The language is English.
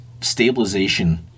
stabilization